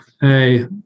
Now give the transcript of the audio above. hey